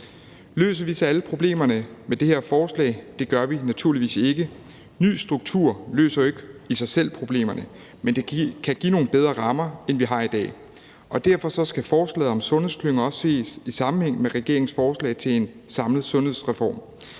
Løser vi så alle problemerne med det her forslag? Det gør vi naturligvis ikke. En ny struktur løser jo ikke i sig selv problemerne, men det kan give nogle bedre rammer, end vi har i dag, og derfor skal forslaget om sundhedsklynger også ses i sammenhæng med regeringens forslag til en samlet sundhedsreform,